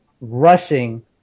rushing